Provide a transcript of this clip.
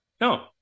No